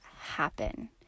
happen